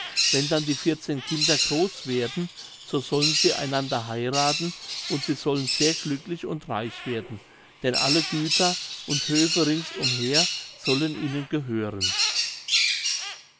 wenn dann die vierzehn kinder groß werden so sollen sie einander heirathen und sie sollen sehr glücklich und reich werden denn alle güter und höfe ringsumher sollen ihnen gehören